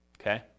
Okay